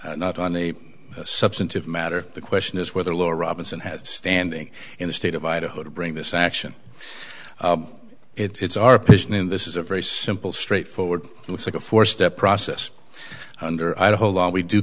not on a substantive matter the question is whether law robinson had standing in the state of idaho to bring this action it's our position in this is a very simple straightforward looks like a four step process under idaho law we do